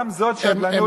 גם זאת שדלנות,